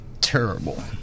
terrible